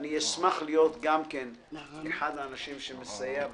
אשמח להיות גם כן אחד מן האנשים שמסייע,